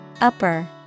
Upper